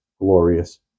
glorious